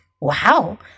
Wow